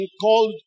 called